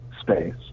space